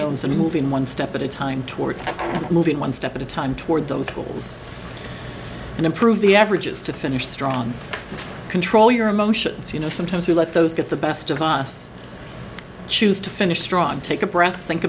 those and moving one step at a time toward moving one step at a time toward those schools and improve the averages to finish strong control your emotions you know sometimes you let those get the best of us choose to finish strong take a breath think